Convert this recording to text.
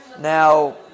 now